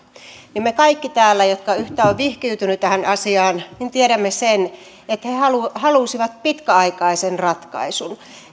me kaikki täällä jotka yhtään olemme vihkiytyneet tähän asiaan tiedämme sen että he halusivat pitkäaikaisen ratkaisun